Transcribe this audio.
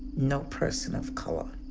no person of color.